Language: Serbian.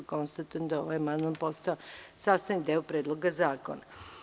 Konstatujem da je ovaj amandman postao sastavni deo Predloga zakona.